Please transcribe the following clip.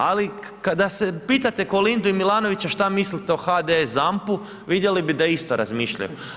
Ali, da se, pitate Kolindu i Milanovića što mislite od HDS ZAMP-u vidjeli bi da isto razmišljaju.